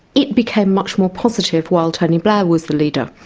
it became much more positive while tony blair was the leader.